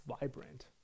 vibrant